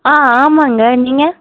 ஆ ஆமாங்க நீங்கள்